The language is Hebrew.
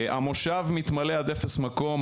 המושב מתמלא עד אפס מקום,